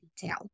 detail